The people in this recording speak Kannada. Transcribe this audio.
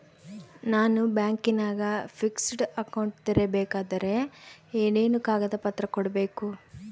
ನಾನು ಬ್ಯಾಂಕಿನಾಗ ಫಿಕ್ಸೆಡ್ ಅಕೌಂಟ್ ತೆರಿಬೇಕಾದರೆ ಏನೇನು ಕಾಗದ ಪತ್ರ ಕೊಡ್ಬೇಕು?